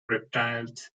reptiles